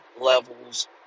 levels